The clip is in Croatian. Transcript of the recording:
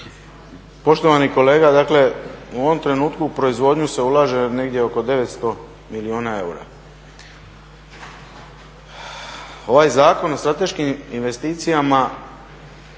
Poštovani kolega, dakle u ovom trenutku u proizvodnju se ulaže negdje oko 900 milijuna eura. Ovaj Zakon o strateškim investicijama,